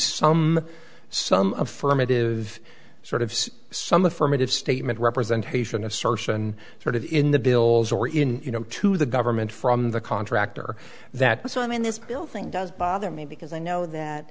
some sum of firm it is sort of some affirmative statement representation assertion sort of in the bills or in you know to the government from the contractor that goes on in this building does bother me because i know that